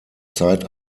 zeit